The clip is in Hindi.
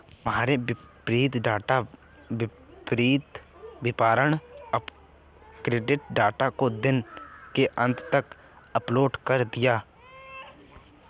तुम्हारा वित्तीय डेटा विक्रेता वितरण आवृति डेटा को दिन के अंत तक अपडेट कर देगा